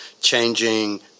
changing